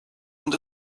und